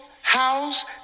house